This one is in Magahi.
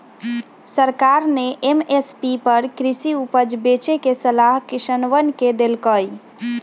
सरकार ने एम.एस.पी पर कृषि उपज बेचे के सलाह किसनवन के देल कई